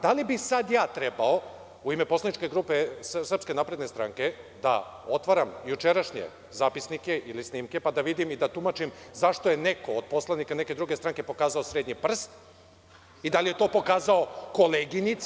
Da li bih sada ja trebao u ime poslaničke grupe SNS da otvaram jučerašnje zapisnike i snimke, pa da vidim i da tumačim zašto je neko od poslanika neke druge stranke pokazao srednji prst i da li je to pokazao koleginici.